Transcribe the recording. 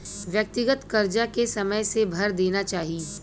व्यक्तिगत करजा के समय से भर देना चाही